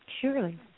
surely